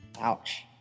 Ouch